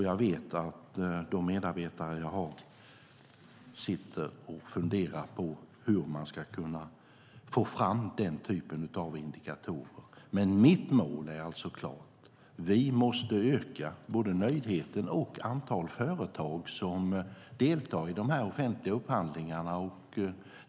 Jag vet att mina medarbetare funderar på hur man ska kunna få fram indikatorer. Men mitt mål är alltså klart: Vi måste öka både nöjdheten och antalet företag som deltar i de offentliga upphandlingarna.